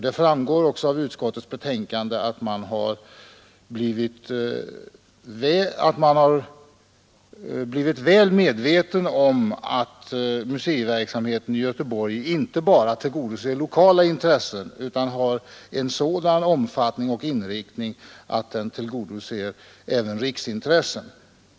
Det framgår också av utskottets betänkande att man har blivit väl medveten om att museiverksamheten i Göteborg inte bara tillgodoser lokala intressen utan att den har en sådan omfattning och inriktning att den tillgodoser även riksintressen.